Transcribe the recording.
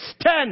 Ten